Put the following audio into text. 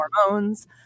hormones